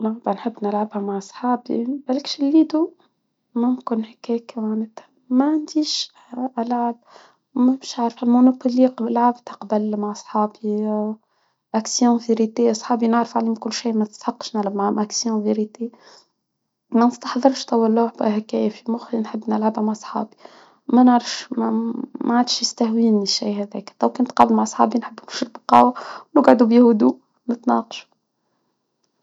لعبة نحب نلعبها مع أصحابي، بلكش الليدو، ممكن هيك كمان، معنديش العاب بلعب تقبل مع أصحابي، أكسيون في ريتي أصحابي نعرف عنهم كل شي، ما تستحقش، نلعب معاهم أكسيون فى ريتى ما نستحضرش طول الوقت هيكي في مخي، نحب نلعبها مع صحابي، ما نعرفش ما. ما عادش يستهويني، الشيء هذاك، لو كنت قبل مع صحابي نحبش البقاو، ونقعدو بهدوء ونتناقشو.